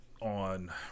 on